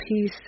peace